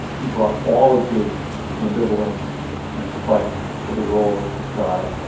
he brought all of his ambivalence and spite to the role of this guy.